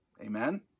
Amen